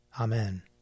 Amen